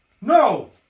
No